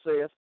says